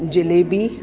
jalebi